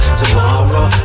tomorrow